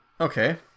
Okay